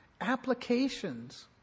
applications